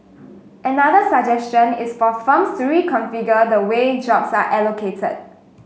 another suggestion is for firms three configure the way jobs are allocated